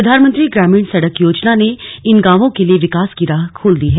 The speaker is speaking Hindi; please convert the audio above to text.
प्रधानमंत्री ग्रामीण सड़क योजना ने इन गांवों के लिए विकास की राह खोल दी है